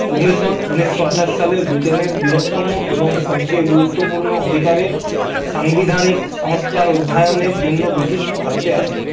commission ঊনিশো আঠাশ সালে ব্রিটেনের বৃহত্তম এবং সবচেয়ে গুরুত্বপূর্ণ অধিকারে সাংবিধানিক সংস্কার অধ্যয়নের জন্য ব্রিটিশ ভারতে আসে